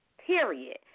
period